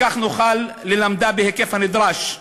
רק כך נוכל ללמדה בהיקף הנדרש,